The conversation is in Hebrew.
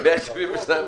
אני אכנס ואבדוק.